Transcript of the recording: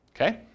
Okay